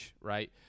right